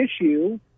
issue